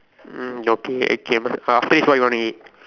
um okay K uh after this what you wanna eat